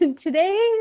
today